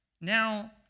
Now